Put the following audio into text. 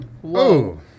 Whoa